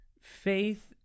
Faith